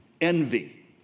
envy